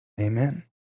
Amen